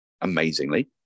amazingly